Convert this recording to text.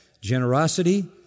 generosity